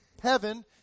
heaven